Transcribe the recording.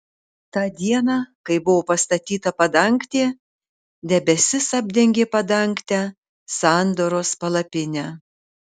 tą dieną kai buvo pastatyta padangtė debesis apdengė padangtę sandoros palapinę